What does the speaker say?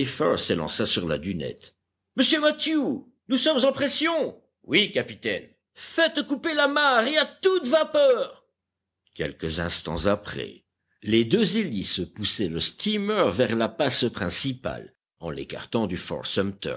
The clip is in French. playfair s'élança sur la dunette monsieur mathew nous sommes en pression oui capitaine faites couper l'amarre et à toute vapeur quelques instants après les deux hélices poussaient le steamer vers la passe principale en l'écartant du